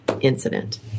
incident